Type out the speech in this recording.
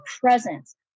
presence